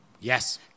yes